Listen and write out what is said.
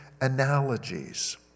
analogies